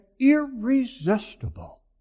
irresistible